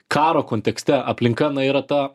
karo kontekste aplinka yra ta